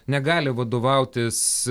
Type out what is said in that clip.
negali vadovautis